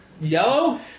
Yellow